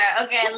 Okay